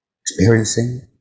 experiencing